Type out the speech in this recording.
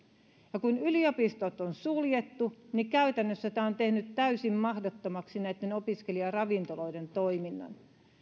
ja kun yliopistot on suljettu niin käytännössä tämä on tehnyt täysin mahdottomaksi näiden opiskelijaravintoloiden toiminnan